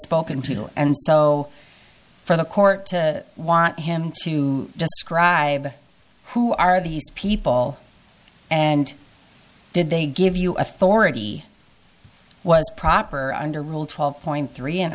spoken to and so for the court to want him to describe who are these people and did they give you a thorough he was proper under rule twelve point three and